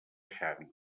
xàbia